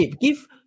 Give